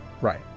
Right